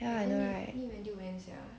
ya I know right